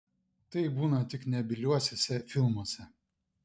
taip būna tik nebyliuosiuose filmuose